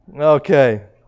Okay